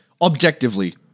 Objectively